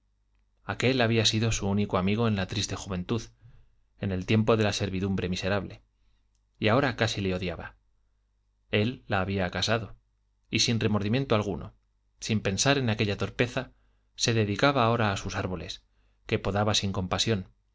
aquel había sido su único amigo en la triste juventud en el tiempo de la servidumbre miserable y ahora casi le odiaba él la había casado y sin remordimiento alguno sin pensar en aquella torpeza se dedicaba ahora a sus árboles que podaba sin compasión